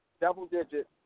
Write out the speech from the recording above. Double-digit